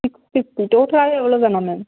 six fifty டோட்டலாகவே இவ்வளோ தானா மேம்